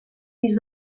pis